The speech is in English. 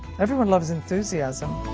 everyone loves enthusiasm.